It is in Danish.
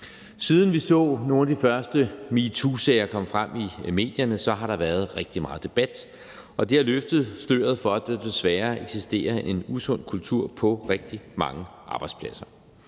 Siden vi så nogle af de første metoosager komme frem i medierne, har der været rigtig meget debat, og det har løftet sløret for, at der desværre eksisterer en usund kultur på rigtig mange arbejdspladser.